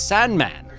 Sandman